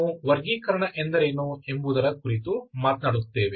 ನಾವು ವರ್ಗೀಕರಣ ಎಂದರೇನು ಎಂಬುದರ ಕುರಿತು ಮಾತನಾಡುತ್ತೇವೆ